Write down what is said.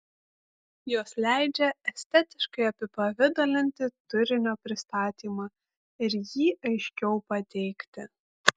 jos leidžia estetiškai apipavidalinti turinio pristatymą ir jį aiškiau pateikti